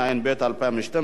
התשע"ב 2012,